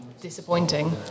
disappointing